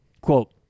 Quote